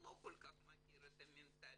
שלא כל כך מכיר את המנטליות,